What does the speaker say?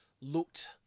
looked